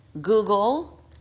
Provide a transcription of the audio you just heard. Google